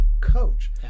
coach